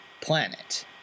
planet